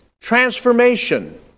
transformation